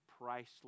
priceless